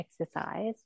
exercise